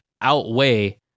outweigh